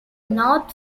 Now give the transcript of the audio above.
north